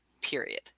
period